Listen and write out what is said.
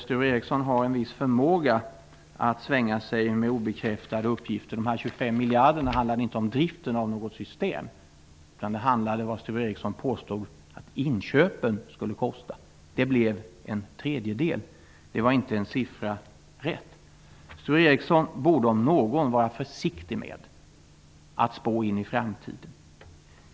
Sture Ericson har en viss förmåga att svänga sig med obekräftade uppgifter. De 25 miljarderna handlade inte om driften av något system, utan det var vad Sture Ericson påstod att inköpen skulle kosta. Det blev en tredjedel. Det var inte en siffra rätt. Sture Ericson borde om någon vara försiktig med att spå i framtiden.